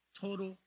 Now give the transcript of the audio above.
total